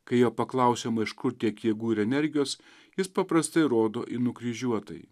kai jo paklausiama iš kur tiek jėgų ir energijos jis paprastai rodo į nukryžiuotąjį